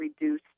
reduce